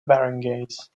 barangays